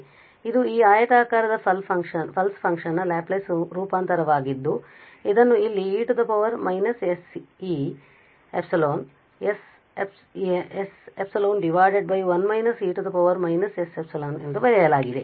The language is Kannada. ಆದ್ದರಿಂದ ಇದು ಈ ಆಯತಾಕಾರದ ಪಲ್ಸ್ ಫಂಕ್ಷನ್ ನ ಲ್ಯಾಪ್ಲೇಸ್ ರೂಪಾಂತರವಾಗಿದ್ದು ಇದನ್ನು ಇಲ್ಲಿ e −sε sε 1 − e −sε ಎಂದು ಬರೆಯಲಾಗಿದೆ